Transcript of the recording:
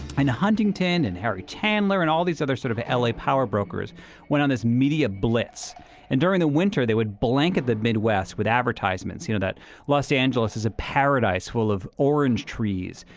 and huntington, and harry chandler, and all these other sort of l a. power brokers went on this media blitz and during the winter they would blanket the midwest with advertisements. you know that los angeles is a paradise full of orange trees,